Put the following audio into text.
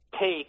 take